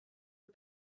are